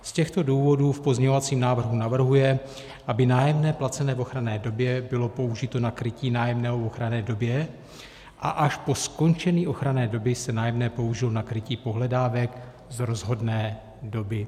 Z těchto důvodů v pozměňovacím návrhu navrhuje, aby nájemné placené v ochranné době bylo použito na krytí nájemného v ochranné době a až po skončení ochranné doby se nájemné použilo na krytí pohledávek z rozhodné doby.